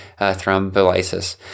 thrombolysis